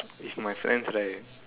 if my friends like